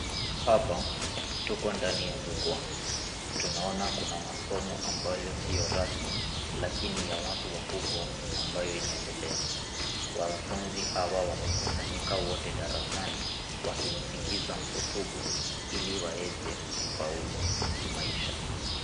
Hapa tuko ndani ya jukwaa. Tunaona kuna masomo ambayo sio rasmi lakini ya watu wakubwa ambayo inaendelea. Wanafunzi hawa wamekusanyika wote darasani wakimsikiza mhutubu ili waweze kufaulu kimaisha.